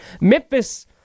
Memphis